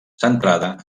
centrada